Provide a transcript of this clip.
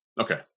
Okay